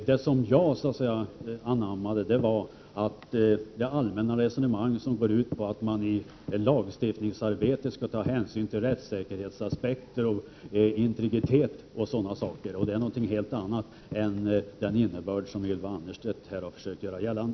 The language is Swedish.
Det jag anammade var det allmänna resonemang som går ut på att man i lagstiftningsarbetet skall ta hänsyn till rättssäkerhetsaspekter, integritet och sådana saker, och det är någonting helt annat än den innebörd som Ylva Annerstedt här har försökt tolka fram.